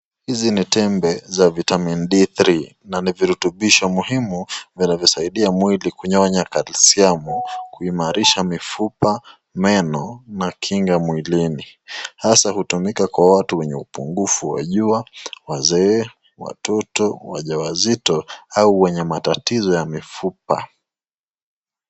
Hizi ni tembe za Vitamin D3 na ni virutubisho muhimu vinavosaidia mwili kunyonya kalsiamu, kuimarisha mifupa, meno na kinga mwilini. Hasa hutumika kwa watu wenye upungufu wa jua, wazee, watoto, wajawazito au wenye matatizo ya mifupa.